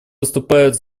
выступает